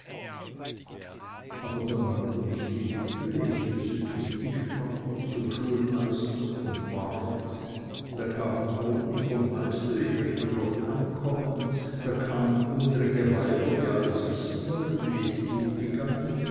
aber da mahnte mich die witwe ich müsse zum tischmacher zum schulmeister zum pfarrer da kamen boten vom meister ich möchte doch heimkommen da kamen gwundrige weiber die wissen wollten wie es zugegangen